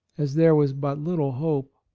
as there was but little hope.